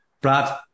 Brad